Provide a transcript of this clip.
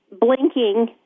blinking